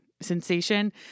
Sensation